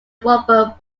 robert